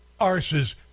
arses